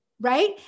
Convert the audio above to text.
right